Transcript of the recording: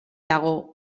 dago